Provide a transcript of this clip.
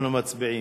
אנחנו מצביעים.